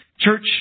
Church